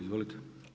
Izvolite.